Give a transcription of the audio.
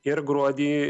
ir gruodį